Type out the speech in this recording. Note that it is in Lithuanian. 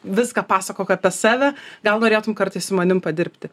viską pasakok apie save gal norėtum kartais su manim padirbti